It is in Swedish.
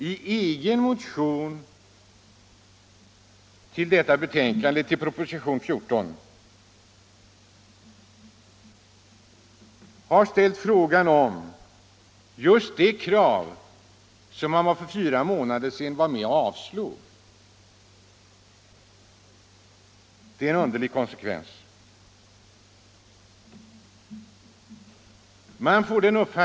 Det är därför underligt att de nu i egen motion har ställt just detta krav som de för fyra månader sedan var med om att avslå.